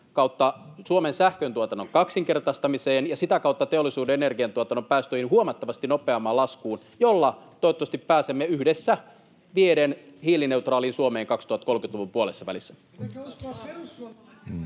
kautta Suomen sähköntuotannon kaksinkertaistamiseen ja sitä kautta teollisuuden energiantuotannon päästöjen huomattavasti nopeampaan laskuun, jolla toivottavasti pääsemme yhdessä vieden hiilineutraaliin Suomeen 2030-luvun puolessa välissä.